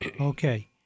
Okay